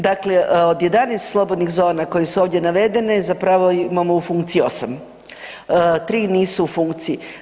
Dakle, od 11 slobodnih zona koje su ovdje navedene, zapravo imamo u funkciji 8. 3 nisu u funkciji.